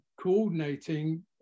coordinating